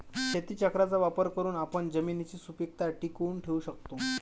शेतीचक्राचा वापर करून आपण जमिनीची सुपीकता टिकवून ठेवू शकतो